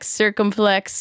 circumflex